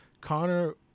Connor